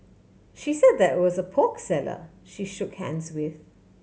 she said that was a pork seller she shook hands with